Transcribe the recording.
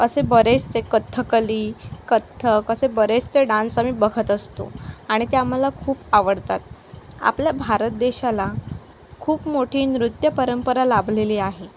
असे बरेचसे कथकली कथ्थक असे बरेचसे डान्स आम्ही बघत असतो आणि ते आम्हाला खूप आवडतात आपल्या भारत देशाला खूप मोठी नृत्यपरंपरा लाभलेली आहे